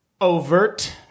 overt